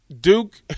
Duke